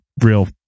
real